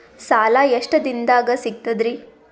ಸಾಲಾ ಎಷ್ಟ ದಿಂನದಾಗ ಸಿಗ್ತದ್ರಿ?